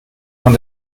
man